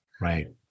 Right